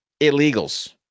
illegals